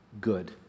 good